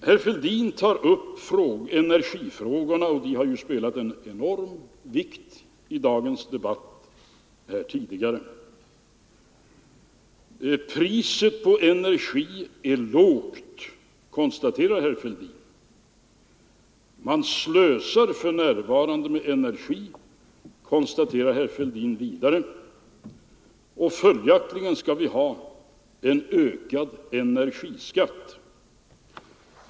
Herr Fälldin tar upp energifrågorna, och de har haft en enorm betydelse under den tidigare debatten i dag. Priset på energi är lågt, konstaterar herr Fälldin. Man slösar för närvarande med energi, konstaterar herr Fälldin vidare, och följaktligen skall vi ha en ökad energiskatt.